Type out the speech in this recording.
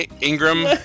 Ingram